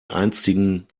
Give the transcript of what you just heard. einstigen